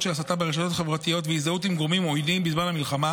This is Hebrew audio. של הסתה ברשתות החברתיות והזדהות עם גורמים עוינים בזמן המלחמה